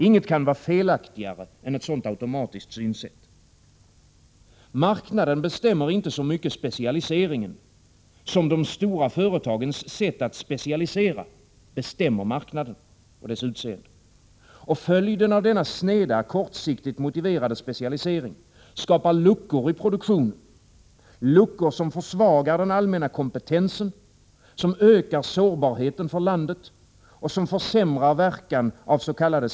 Ingenting kan vara felaktigare än ett sådant automatiskt synsätt. Marknaden bestäms inte så mycket av specialiseringen, utan det är de stora företagens sätt att specialisera som bestämmer marknaden. Följden av denna sneda, kortsiktigt motiverade specialisering blir luckor i produktionen, luckor som försvagar den allmänna kompetensen, ökar sårbarheten och försämrar verkan avs.k.